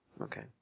Okay